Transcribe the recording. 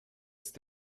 ist